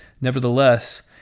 Nevertheless